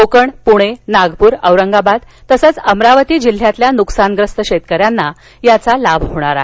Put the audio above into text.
कोकण पुणे नागपूर औरंगाबाद तसंच अमरावती जिल्ह्यातील नुकसानग्रस्त शेतकऱ्यांना याचा लाभ होणार आहे